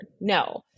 No